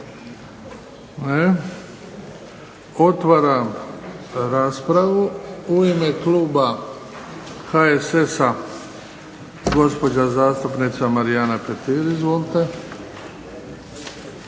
Otvaram raspravu. U ime kluba HSS-a gospođa zastupnica Marijana Petir. Izvolite.